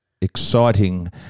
exciting